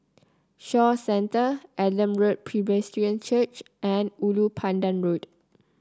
Shaw Center Adam Road Presbyterian Church and Ulu Pandan Road